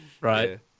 right